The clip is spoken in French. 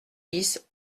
dix